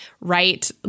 right